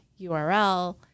URL